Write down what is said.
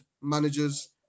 managers